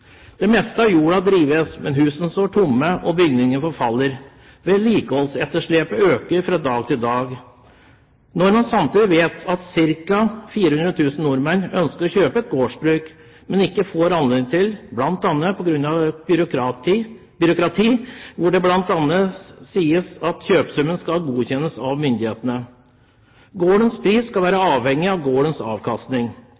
Det meste av jorda drives, men husene står tomme, og bygninger forfaller. Vedlikeholdsetterslepet øker fra dag til dag. Samtidig vet man at ca. 400 000 nordmenn ønsker å kjøpe et gårdsbruk, men ikke får anledning til det, bl.a. på grunn av et byråkrati hvor det sies at kjøpesummen skal godkjennes av myndighetene. Gårdens pris skal